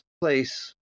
place